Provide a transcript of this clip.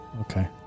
Okay